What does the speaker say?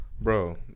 Bro